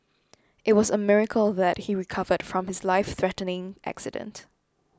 it was a miracle that he recovered from his life threatening accident